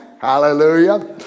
Hallelujah